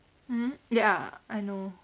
mm ya I know